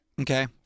Okay